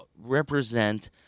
represent